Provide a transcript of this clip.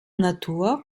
natur